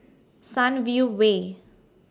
Sunview Way